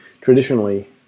traditionally